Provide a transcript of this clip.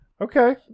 Okay